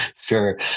Sure